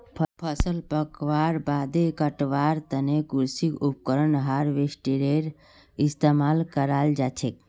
फसल पकवार बादे कटवार तने कृषि उपकरण हार्वेस्टरेर इस्तेमाल कराल जाछेक